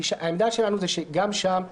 כי העמדה שלנו זה שגם שם,